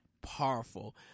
powerful